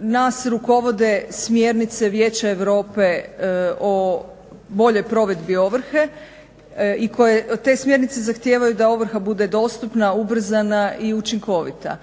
nas rukovode smjernice Vijeća Europe o boljoj provedbi ovrhe i te smjernice zahtijevaju da ovrha bude dostupna, ubrzana i učinkovita